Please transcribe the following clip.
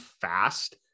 fast